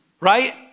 right